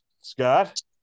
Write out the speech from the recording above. Scott